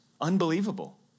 unbelievable